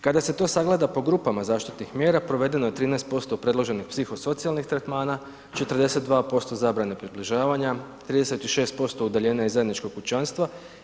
Kada se to sagleda po grupama zaštitnih mjera provedeno je 13% predloženih psihosocijalnih tretmana, 42% zabrane približavanja, 36% udaljenja iz zajedničkog kućanstva.